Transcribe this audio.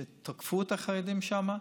שתקפו את החרדים שם.